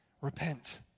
repent